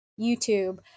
YouTube